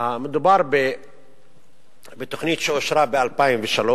מדובר בתוכנית שאושרה ב-2003,